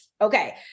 Okay